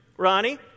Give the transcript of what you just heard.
Ronnie